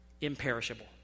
imperishable